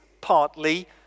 partly